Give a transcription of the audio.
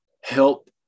help